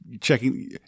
checking